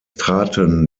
traten